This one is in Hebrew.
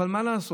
אבל מה לעשות?